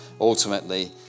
ultimately